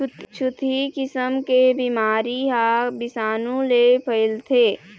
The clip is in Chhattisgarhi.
छुतही किसम के बिमारी ह बिसानु ले फइलथे